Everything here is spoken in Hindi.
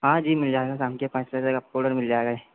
हाँ जी मिल जाएगा शाम के पाँच बजे आपको ओडर मिल जाएगा